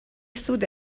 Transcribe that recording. سود